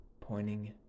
pointing